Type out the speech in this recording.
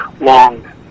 long